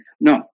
No